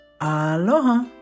Aloha